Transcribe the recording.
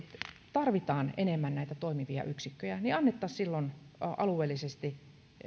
tarvitaan enemmän näitä toimivia yksikköjä niin annettaisiin silloin alueellisesti